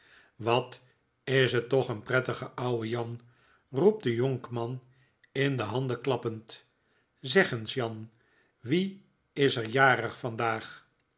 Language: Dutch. wat is het toch een prettige ouwe jan roept de jonkman in de handen klappende zeg eens jan wie is er jarig vandaag